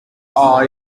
all